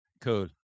cool